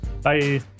Bye